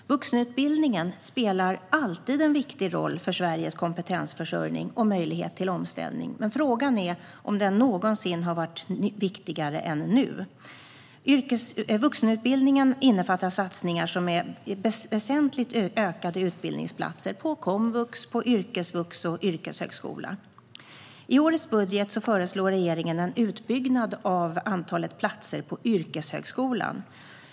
Vuxenutbildningen spelar alltid en viktig roll för Sveriges kompetensförsörjning och möjlighet till omställning, men frågan är om den någonsin har varit viktigare än nu. Satsningarna innefattar ett väsentligt ökat antal utbildningsplatser på komvux, yrkesvux och yrkeshögskola. I budgeten föreslår regeringen en utbyggnad av antalet platser på yrkeshögskolan.